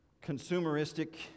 consumeristic